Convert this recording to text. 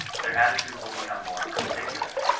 their attitude will become more perpendicular.